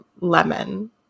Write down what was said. lemon